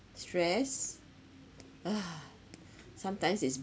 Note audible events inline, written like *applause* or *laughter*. stress *breath* sometimes it's